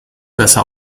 besser